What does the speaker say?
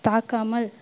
தாக்காமல்